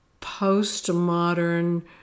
postmodern